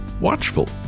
Watchful